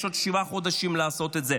יש עוד שבעה חודשים לעשות את זה,